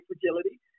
fragility